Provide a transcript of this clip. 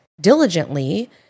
diligently